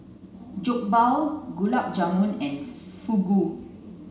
Jokbal Gulab Jamun and Fugu